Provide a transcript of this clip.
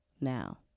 now